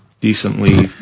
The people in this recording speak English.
decently